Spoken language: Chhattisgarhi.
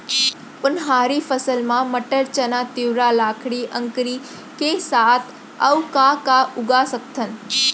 उनहारी फसल मा मटर, चना, तिंवरा, लाखड़ी, अंकरी के साथ अऊ का का उगा सकथन?